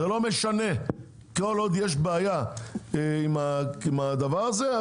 זה לא משנה כל עוד יש בעיה עם הדבר הזה,